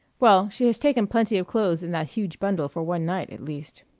well, she has taken plenty of clothes in that huge bundle for one night, at least.